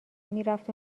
میرفت